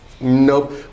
Nope